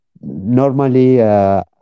normally